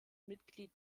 mitglied